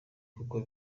kuko